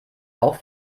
auch